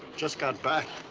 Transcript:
just got back.